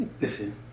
listen